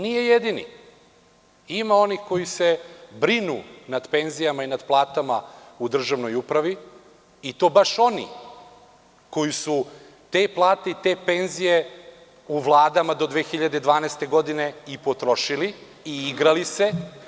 Nije jedini, ima onih koji se brinu nad penzijama i nad platama u državnoj upravi i to baš oni koji su te plate i te penzije u vladama do 2012. godine i potrošili i igrali se.